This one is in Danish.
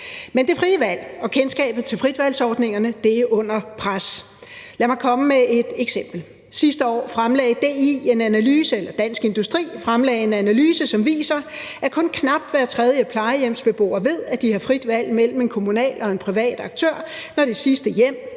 Men det frie valg og kendskabet til fritvalgsordningerne er under pres. Lad mig komme med et eksempel: Sidste år fremlagde Dansk Industri en analyse, som viser, at kun knap hver tredje plejehjemsbeboer ved, at de har frit valg mellem en kommunal og en privat aktør, når det sidste hjem,